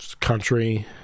country